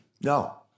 No